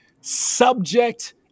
Subject